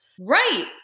Right